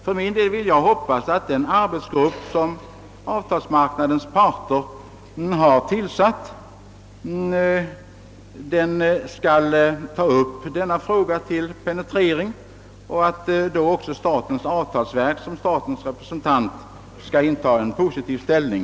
För min del hoppas jag att den arbetsgrupp som arbetsmarknadens parter har tillsatt, skall ta upp denna fråga till penetrering och att avtalsverket såsom statens representant då skall inta en positiv ställning.